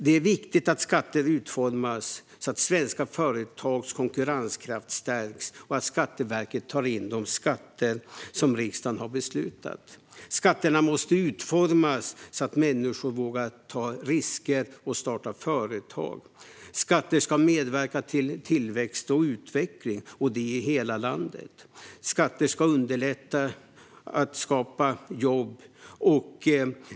Det är viktigt att skatter utformas så att svenska företags konkurrenskraft stärks och att Skatteverket tar in de skatter som riksdagen har beslutat. Skatterna måste utformas så att människor vågar ta risker och starta företag. Skatter ska medverka till tillväxt och utveckling i hela landet och underlätta jobbskapande.